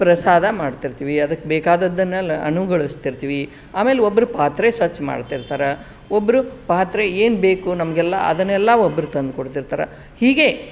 ಪ್ರಸಾದ ಮಾಡ್ತಿರ್ತೀವಿ ಅದಕ್ಕೆ ಬೇಕಾದದ್ದನ್ನೆಲ್ಲ ಅಣಿಗೊಳಿಸ್ತಿರ್ತೀವಿ ಆಮೇಲೆ ಒಬ್ಬರು ಪಾತ್ರೆ ಸ್ವಚ್ಛ ಮಾಡ್ತಿರ್ತಾರ ಒಬ್ಬರು ಪಾತ್ರೆ ಏನು ಬೇಕು ನಮಗೆಲ್ಲ ಅದನ್ನೆಲ್ಲ ಒಬ್ಬರು ತಂದ್ಕೊಡ್ತಿರ್ತಾರ ಹೀಗೆ